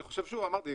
אני חושב שאמרתי,